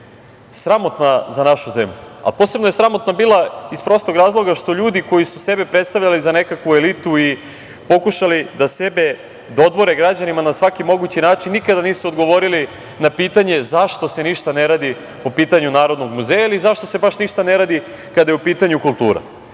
sramotna za našu zemlju, a posebno je sramotna bila iz prostog razloga što ljudi koji su sebe predstavljali za nekakvu elitu i pokušali da sebe dodvore građanima na svaki mogući način, nikada nisu odgovorili na pitanje – zašto se ništa ne radi po pitanju Narodnog muzeja ili zašto se baš ništa ne radi kada je u pitanju kultura? Drago